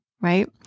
right